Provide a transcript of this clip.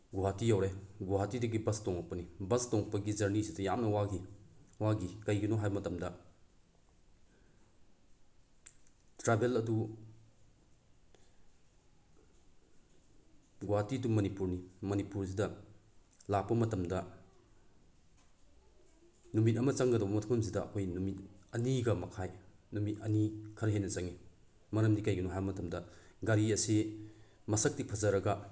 ꯒꯨꯍꯥꯇꯤ ꯌꯧꯔꯛꯑꯦ ꯒꯨꯍꯥꯇꯤꯗꯒꯤ ꯕꯁ ꯇꯣꯡꯉꯛꯄꯅꯤ ꯕꯁ ꯇꯣꯡꯉꯛꯄꯒꯤ ꯖꯔꯅꯤꯁꯤꯗ ꯌꯥꯝꯅ ꯋꯥꯈꯤ ꯋꯥꯈꯤ ꯀꯩꯒꯤꯅꯣ ꯍꯥꯏ ꯃꯇꯝꯗ ꯇ꯭ꯔꯥꯕꯦꯜ ꯑꯗꯨ ꯒꯨꯍꯥꯇꯤ ꯇꯨ ꯃꯅꯤꯄꯨꯔꯅꯤ ꯃꯅꯤꯄꯨꯔꯁꯤꯗ ꯂꯥꯛꯄ ꯃꯇꯝꯗ ꯅꯨꯃꯤꯠ ꯑꯃ ꯆꯪꯒꯗꯕ ꯃꯐꯝꯁꯤꯗ ꯑꯩꯈꯣꯏ ꯅꯨꯃꯤꯠ ꯑꯅꯤꯒ ꯃꯈꯥꯏ ꯅꯨꯃꯤꯠ ꯑꯅꯤ ꯈꯔ ꯍꯦꯟꯅ ꯆꯪꯏ ꯃꯔꯝꯗꯤ ꯀꯩꯒꯤꯅꯣ ꯍꯥꯏꯕ ꯃꯇꯝꯗ ꯒꯥꯔꯤ ꯑꯁꯤ ꯃꯁꯛꯇꯤ ꯐꯖꯔꯒ